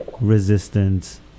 resistance